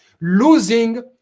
losing